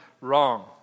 wrong